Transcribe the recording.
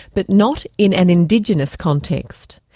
but not in an indigenous context.